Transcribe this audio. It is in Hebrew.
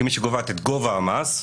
כמי שקובעת את גובה המסים,